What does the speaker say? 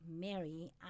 Mary